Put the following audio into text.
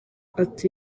ati